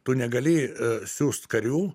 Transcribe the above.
tu negali siųst karių